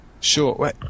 Sure